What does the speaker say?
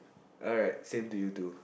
alright same to you too